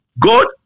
god